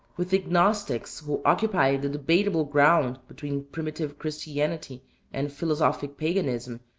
with the gnostics, who occupied the debatable ground between primitive christianity and philosophic paganism,